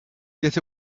yet